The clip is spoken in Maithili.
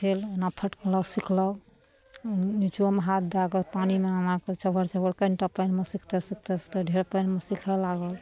ठेल एना फटकलौ सिखलौ नीचोमे हाथ दए कऽ पानिमे एना कऽ छबर छबर कनिटा पानिमे सीखतइ सिखतइ सिखतइ ढेर पानिमे सिखऽ लागल